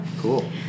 Cool